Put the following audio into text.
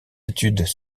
études